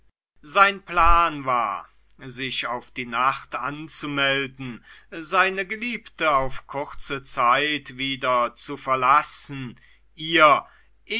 sein plan war sich auf die nacht anzumelden seine geliebte auf kurze zeit wieder zu verlassen ihr